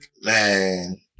Man